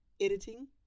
editing